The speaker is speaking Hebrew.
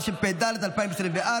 התשפ"ד 2024,